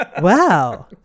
Wow